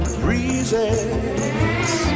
breezes